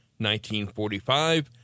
1945